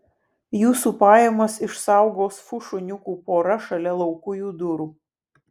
jūsų pajamas išsaugos fu šuniukų pora šalia laukujų durų